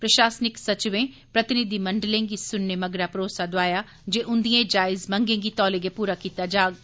प्रशासनिक सचिवें प्रतिनिधिमंडलें गी सुनने मगरा भरोसा दोआया जे उंदिएं जायज मंगें गी तौले गै पूरा कीता जाग